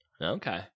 okay